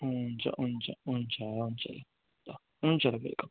हुन्छ हुन्छ हुन्छ हुन्छ हुन्छ वेलकम